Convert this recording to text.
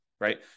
Right